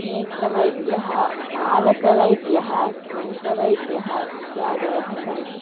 नेत्रवैद्यः बालकवैद्यः दन्तवैद्यः इत्यादयः सन्ति